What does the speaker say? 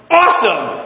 awesome